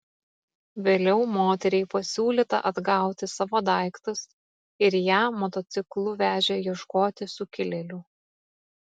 vėliau moteriai pasiūlyta atgauti savo daiktus ir ją motociklu vežė ieškoti sukilėlių